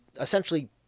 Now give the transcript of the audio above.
essentially